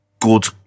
good